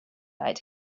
like